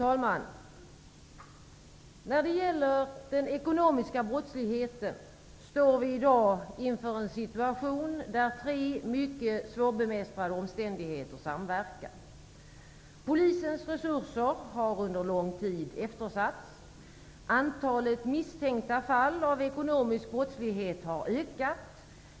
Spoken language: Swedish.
Fru talman! När det gäller den ekonomiska brottsligheten står vi i dag inför en stituation där tre mycket svårbemästrade omständigheter samverkar. Polisens resurser har under lång tid eftersatts. Antalet misstänkta fall av ekonomisk brottslighet har ökat.